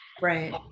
Right